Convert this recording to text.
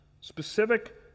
specific